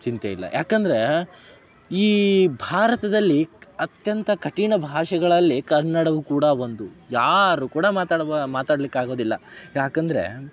ಚಿಂತೆಯಿಲ್ಲ ಯಾಕಂದ್ರೆ ಈ ಭಾರತದಲ್ಲಿ ಕ್ ಅತ್ಯಂತ ಕಠಿಣ ಭಾಷೆಗಳಲ್ಲಿ ಕನ್ನಡವೂ ಕೂಡ ಒಂದು ಯಾರೂ ಕೂಡ ಮಾತಾಡ ಮಾತಾಡ್ಲಿಕ್ಕೆ ಆಗೋದಿಲ್ಲ ಯಾಕಂದ್ರೆ